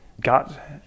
gut